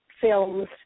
films